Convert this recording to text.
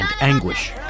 anguish